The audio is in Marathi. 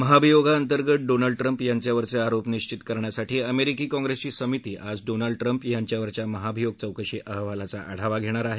महाभियोगाअंतर्गंत डोनाल्ड ट्रम्प यांच्यावरचे आरोप निश्वित करण्यासाठी अमेरिकी काँग्रेसची समिती आज डोनाल्ड ट्रम्प यांच्यावरच्या महाभियोग चौकशी अहवालाचा आढावा घेणार आहे